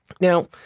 Now